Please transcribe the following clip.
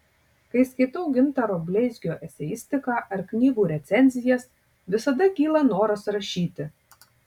kai skaitau gintaro bleizgio eseistiką ar knygų recenzijas visada kyla noras rašyti